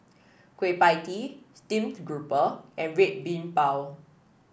Kueh Pie Tee Steamed Grouper and Red Bean Bao